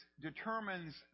determines